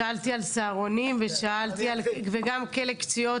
שאלתי על סהרונים וגם על כלא קציעות,